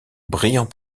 brillant